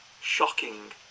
shocking